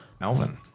Melvin